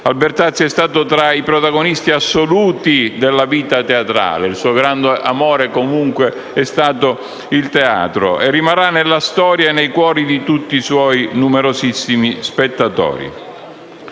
Albertazzi è stato tra i protagonisti assoluti della vita teatrale italiana - il suo amore è stato il teatro - e rimarrà nella storia e nei cuori di tutti i suoi numerosissimi spettatori;